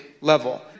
level